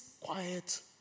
quiet